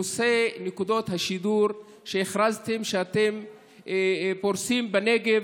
נקודות השידור שהכרזתם שאתם פורסים בנגב,